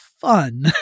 fun